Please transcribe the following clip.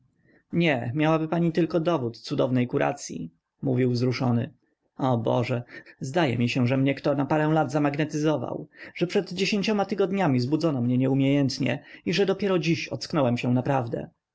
nie miałaby pani tylko dowód cudownej kuracyi mówił wzruszony o boże zdaje mi się że mnie ktoś na parę lat zamagnetyzował że przed dziesięcioma tygodniami zbudzono mnie nieumiejętnie i że dopiero dziś ocknąłem się naprawdę